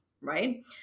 Right